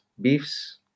beefs